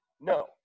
no